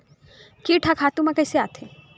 कीट ह खातु म कइसे आथे?